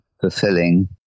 fulfilling